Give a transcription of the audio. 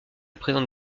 présente